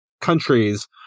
countries